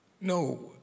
No